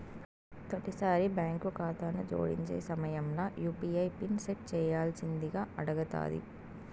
తొలిసారి బాంకు కాతాను జోడించే సమయంల యూ.పీ.ఐ పిన్ సెట్ చేయ్యాల్సిందింగా అడగతాది